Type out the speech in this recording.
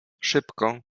szybko